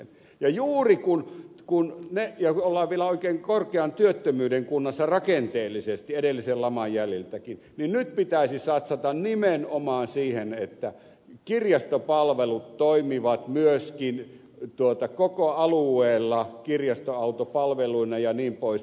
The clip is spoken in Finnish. ja juuri kun ollaan vielä oikein korkean työttömyyden kunnassa rakenteellisesti edellisen laman jäljiltäkin ja nyt pitäisi satsata nimenomaan siihen että kirjastopalvelut toimivat myöskin koko alueella kirjastoautopalveluina jnp